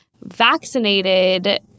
vaccinated